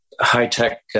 high-tech